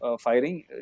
firing